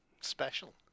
special